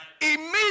Immediately